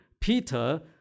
Peter